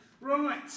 Right